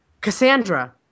Cassandra